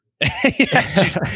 yes